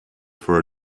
for